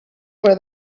where